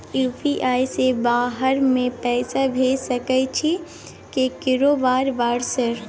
UPI से बाहर में पैसा भेज सकय छीयै केकरो बार बार सर?